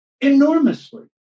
enormously